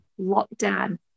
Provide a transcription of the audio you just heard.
Lockdown